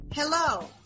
Hello